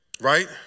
right